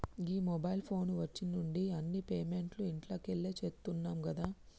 గీ mobile phone వచ్చిన్నుండి అన్ని పేమెంట్లు ఇంట్లకెళ్లే చేత్తున్నం గదా